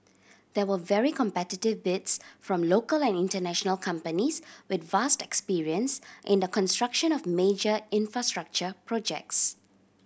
there were very competitive bids from local and international companies with vast experience in the construction of major infrastructure projects